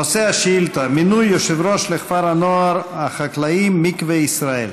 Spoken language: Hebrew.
נושא השאילתה: מינוי יושב-ראש לכפר הנוער החקלאי מקווה ישראל.